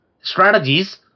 strategies